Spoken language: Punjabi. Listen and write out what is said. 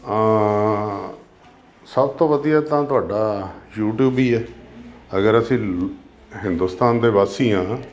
ਸਭ ਤੋਂ ਵਧੀਆ ਤਾਂ ਤੁਹਾਡਾ ਯੂਟੀਊਬ ਹੀ ਹੈ ਅਗਰ ਅਸੀਂ ਹਿੰਦੁਸਤਾਨ ਦੇ ਵਾਸੀ ਹਾਂ